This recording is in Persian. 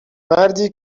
مردی